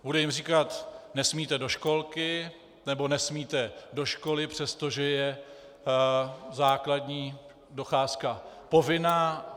Bude jim říkat: nesmíte do školky nebo nesmíte do školy, přestože je základní docházka povinná?